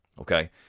Okay